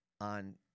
on